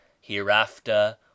Hereafter